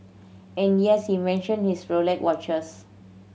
and yes he mention his Rolex watches